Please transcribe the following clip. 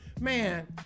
Man